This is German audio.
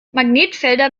magnetfelder